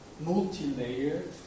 multi-layered